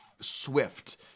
swift